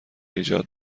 ایجاد